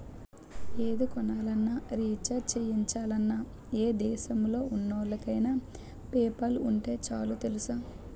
ఏది కొనాలన్నా, రీచార్జి చెయ్యాలన్నా, ఏ దేశంలో ఉన్నోళ్ళకైన పేపాల్ ఉంటే చాలు తెలుసా?